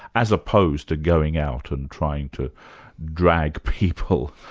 as opposed to going out and trying to drag people,